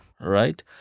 right